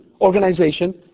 organization